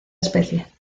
especie